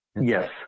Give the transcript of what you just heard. Yes